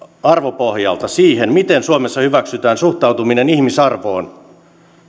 arvopohjalta siihen miten suomessa hyväksytään suhtautuminen ihmisarvoon